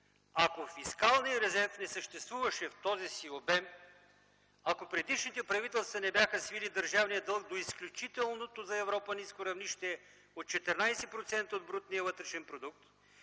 Ако фискалният резерв не съществуваше в този си обем, ако предишните правителства не бяха свили държавния дълг до изключителното за Европа ниско равнище от 14% от брутния вътрешен продукт,